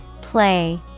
Play